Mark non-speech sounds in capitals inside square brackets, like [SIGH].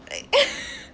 like [LAUGHS]